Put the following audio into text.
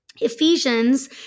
Ephesians